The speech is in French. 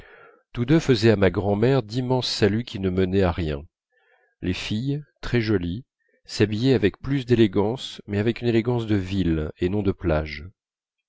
tous deux faisaient à ma grand'mère d'immenses saluts qui ne menaient à rien les filles très jolies s'habillaient avec plus d'élégance mais une élégance de ville et non de plage